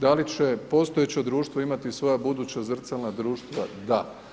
Da li će postojeće društvo imati svoja buduća zrcalna društva, da.